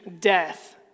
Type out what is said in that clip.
death